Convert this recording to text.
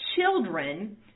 children